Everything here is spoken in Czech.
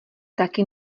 taky